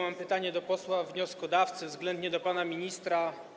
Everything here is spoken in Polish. Mam pytanie do posła wnioskodawcy względnie do pana ministra.